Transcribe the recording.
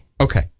Okay